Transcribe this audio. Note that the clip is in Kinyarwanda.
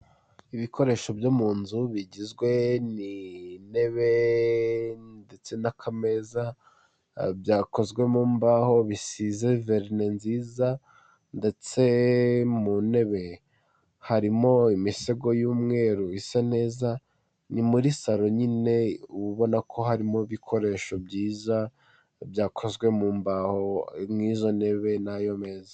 Ibikoresho byo mu nzu bigizwe n'intebe ndetse n'akameza, byakozwe mu mbaho bisize verine nziza ndetse mu ntebe harimo imisego y'umweru isa neza, ni muri saro nyine ubona ko harimo ibikoresho byiza byakozwe mu mbaho nk'izo ntebe n'ayo meza.